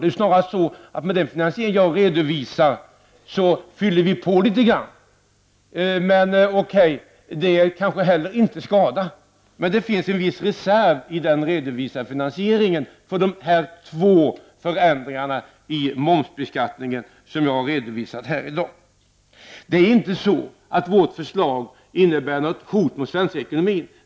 Det är snarare så att vi med den finansiering jag har redovisat fyller på litet grand. Det skadar inte heller. Det finns en viss reserv i den redovisade finansieringen av de två förändringar i momsbeskattningen som jag har talat för här i dag. Vårt förslag innebär inte något hot mot svensk ekonomi.